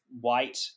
white